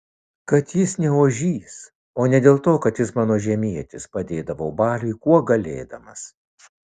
kad jis ne ožys o ne dėl to kad jis mano žemietis padėdavau baliui kuo galėdamas